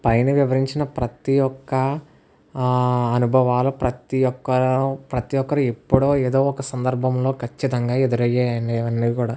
పైన వివరించిన ప్రతి ఒక్క అనుభవాల ప్రతి ఒక్క ప్రతి ఒక్కరు ఎప్పుడో ఏదో ఒక సందర్భంలో ఖచ్చితంగా ఎదురయ్యే అనేవి ఇవన్నీ కూడా